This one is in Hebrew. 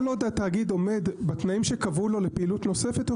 כל עוד התאגיד עומד בתנאים שקבעו לו לפעילות נוספת,